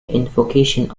invocation